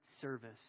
service